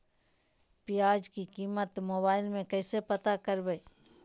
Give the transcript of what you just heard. प्याज की कीमत मोबाइल में कैसे पता करबै?